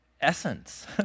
essence